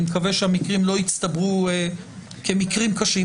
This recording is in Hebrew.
אני מקווה שהמקרים לא יצטברו כמקרים קשים,